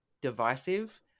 divisive